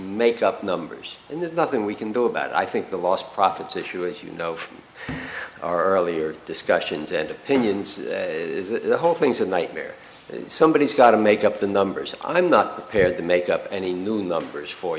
make up numbers and there's nothing we can do about it i think the lost profits issue as you know our earlier discussions and opinions the whole thing's a nightmare somebody has got to make up the numbers i'm not prepared to make up any new numbers for